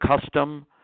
custom